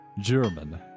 German